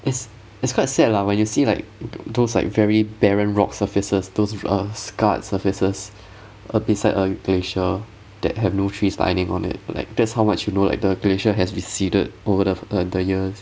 it's it's quite sad lah when you see like those like very barren rock surfaces those with a scarred surfaces a beside a glacier that have no trees lying on it like that's how much you know like the glacier has receded over the uh the years